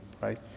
right